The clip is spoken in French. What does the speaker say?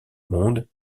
monde